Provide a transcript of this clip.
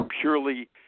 purely